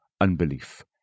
unbelief